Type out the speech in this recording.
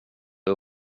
och